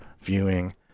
viewing